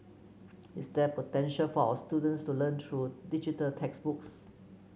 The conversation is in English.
is there potential for our students to learn through digital textbooks